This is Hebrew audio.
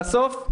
בסוף,